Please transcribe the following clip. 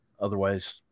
otherwise